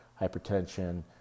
hypertension